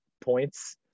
points